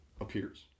appears